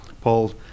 Paul